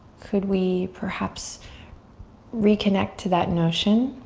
could we perhaps reconnect to that notion.